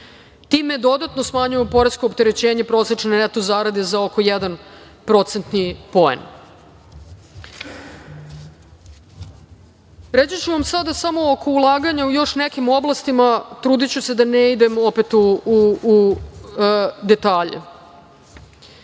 Time dodatno smanjujemo poresko opterećenje prosečne neto zarade za oko jedan procentni poen. Reći ću vam sada samo oko ulaganja u još nekim oblastima, trudiću se da ne idem opet u